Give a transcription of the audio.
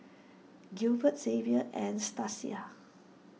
Gilbert Zavier and Stasia